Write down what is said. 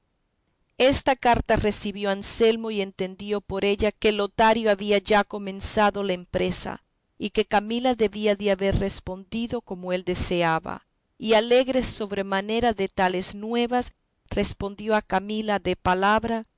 esta carta recibió anselmo y entendió por ella que lotario había ya comenzado la empresa y que camila debía de haber respondido como él deseaba y alegre sobremanera de tales nuevas respondió a camila de palabra